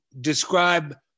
describe